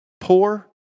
Poor